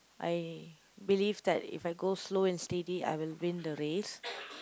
I believe that if I go slow and steady I will win the race